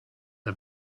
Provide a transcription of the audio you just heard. der